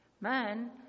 Man